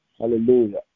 Hallelujah